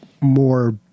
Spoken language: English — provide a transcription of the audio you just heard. more